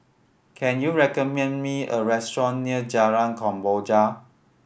can you recommend me a restaurant near Jalan Kemboja